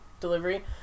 delivery